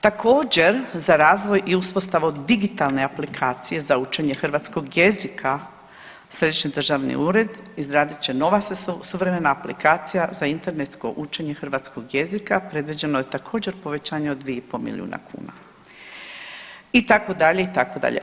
Također za razvoj i uspostavu digitalne aplikacije za učenje hrvatskog jezika Središnji državni ured izradit će se nova suvremena aplikacija za internetsko učenje hrvatskog jezika predviđeno je također povećanje od 2 i pol milijuna kuna itd., itd.